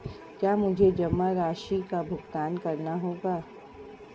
क्या मुझे जमा राशि का भुगतान करना होगा?